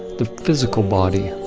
the physical body.